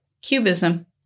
Cubism